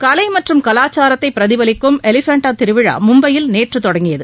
கலை மற்றும் கலாச்சாரத்தை பிரதிபலிக்கும் எலிஃபண்டா திருவிழா மும்பையில் நேற்று தொடங்கியது